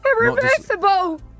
Irreversible